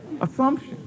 Assumption